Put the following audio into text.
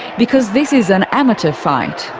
because this is an amateur fight.